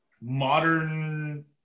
modern